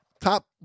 top